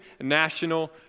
National